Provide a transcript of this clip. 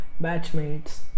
batchmates